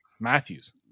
Matthews